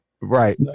right